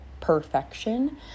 perfection